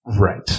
Right